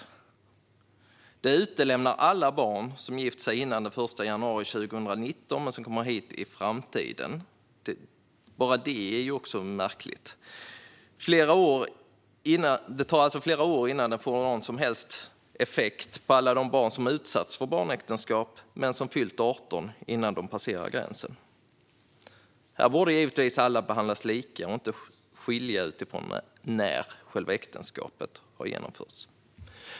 Det utelämnar alla barn som gift sig före den 1 januari 2019 och som kommer hit i framtiden. Bara det är märkligt. Det tar alltså flera år innan det får någon som helst effekt på alla de barn som utsatts för barnäktenskap men som fyllt 18 innan de passerar gränsen. Alla borde givetvis behandlas lika; vi ska inte skilja på människor utifrån när äktenskapet har ingåtts.